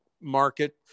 market